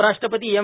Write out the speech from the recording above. उपराष्ट्रपती एम